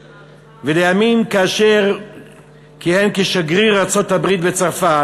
לימים, כאשר כיהן כשגריר ארצות-הברית בצרפת,